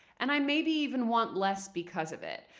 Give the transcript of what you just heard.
and i maybe even want less because of it.